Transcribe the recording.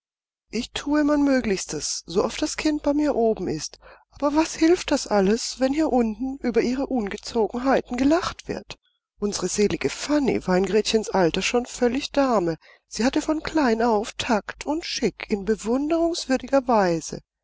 ich thue mein möglichstes so oft das kind oben bei mir ist aber was hilft das alles wenn hier unten über ihre ungezogenheiten gelacht wird unsere selige fanny war in gretchens alter schon völlig dame sie hatte von klein auf takt und chic in bewunderungswürdiger weise